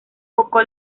poco